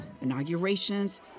inaugurations